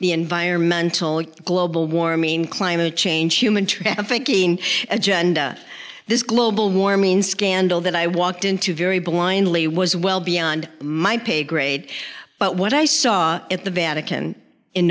the environmental global warming climate change human trafficking agenda this global warming scandal that i walked into very blindly was well beyond my pay grade but what i saw at the vatican in